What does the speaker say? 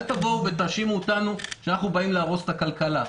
אל תבואו ותאשימו אותנו שאנחנו באים להרוס את הכלכלה,